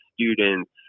students